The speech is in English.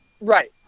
right